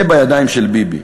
זה בידיים של ביבי.